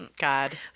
God